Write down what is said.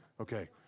Okay